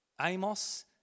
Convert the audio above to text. Amos